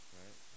right